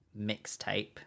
mixtape